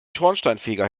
schornsteinfeger